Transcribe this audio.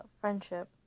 friendship